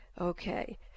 Okay